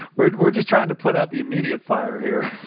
we're we're just trying to put out the immediate fire here